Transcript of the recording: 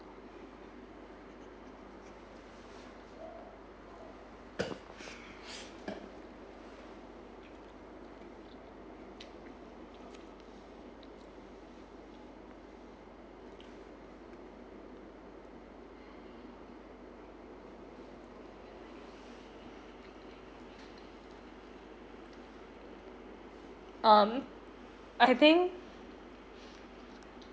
um I think